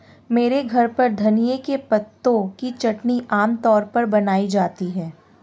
मेरे घर पर धनिए के पत्तों की चटनी आम तौर पर बनाई जाती है